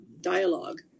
dialogue